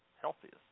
healthiest